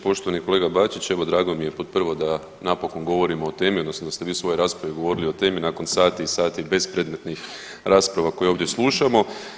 Poštovani kolega Bačić, evo, drago mi je pod prvo, da napokon govorimo o temi, odnosno da ste vi u svojoj raspravi govorili o temi nakon sati i sati bespredmetnih rasprava koje ovdje slušamo.